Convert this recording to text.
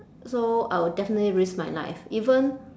so I will definitely risk my life even